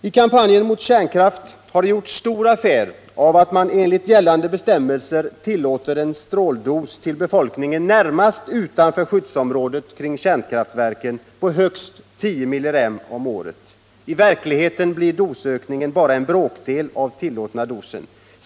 I kampanjen mot kärnkraften har det gjorts stor affär av att man enligt gällande bestämmelser tillåter en stråldos för befolkningen närmast utanför skyddsområdet kring kärnkraftverken på högst 10 millirem om året. I verkligheten blir dosökningen bara en bråkdel av den tillåtna dosen.